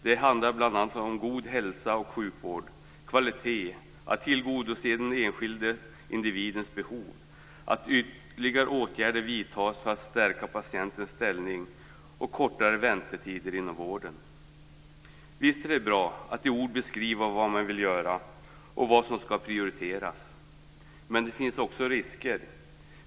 Det handlar bl.a. om god hälso och sjukvård, om kvalitet, om att tillgodose den enskilde individens behov, om att vidta ytterligare åtgärder för att stärka patientens ställning och om kortare väntetider inom vården. Visst är det bra att i ord beskriva vad man vill göra och vad som skall prioriteras. Men det finns också risker.